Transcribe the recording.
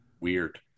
weird